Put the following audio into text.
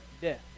Death